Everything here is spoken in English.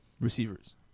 receivers